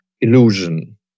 illusion